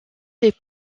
les